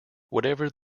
whatever